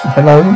Hello